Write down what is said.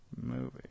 Movie